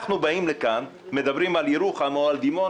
אנחנו באים לכאן ומדברים על ירוחם או על דימונה